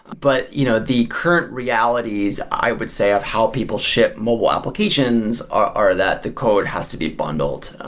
but you know the current realities i would say of how people ship mobile application are that the code has to be bundled.